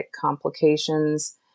complications